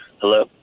Hello